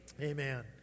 Amen